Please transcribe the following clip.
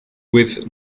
with